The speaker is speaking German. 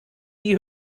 die